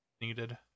needed